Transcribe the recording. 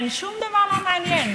ואם הטיעון הוא באמת כספי,